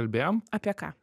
kalbėjom apie ką